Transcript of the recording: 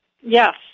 Yes